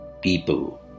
people